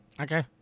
Okay